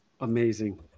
Amazing